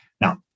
Now